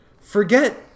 Forget